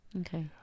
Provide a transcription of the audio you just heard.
Okay